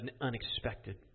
unexpected